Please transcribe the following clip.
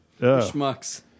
schmucks